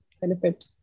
benefit